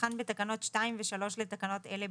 כנוסחן בתקנות 2 ו-3 לתקנות אלה,